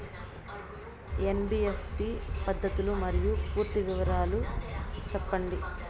NBFC పద్ధతులు మరియు పూర్తి వివరాలు సెప్పండి?